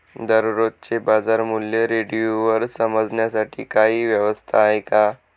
दररोजचे बाजारमूल्य रेडिओवर समजण्यासाठी काही व्यवस्था आहे का?